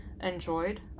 enjoyed